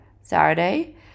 Saturday